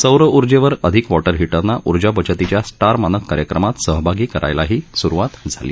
सौर उर्जेवर अधिक वॉटर हिटरना उर्जा बचतीच्या स्टार मानक कार्यक्रमात सहभागी करायलाही स्रुवात झाली